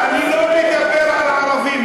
אני לא מדבר על ערבים,